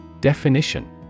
Definition